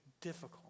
difficult